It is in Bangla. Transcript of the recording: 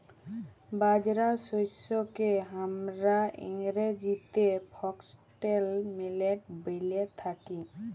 বাজরা শস্যকে হামরা ইংরেজিতে ফক্সটেল মিলেট ব্যলে থাকি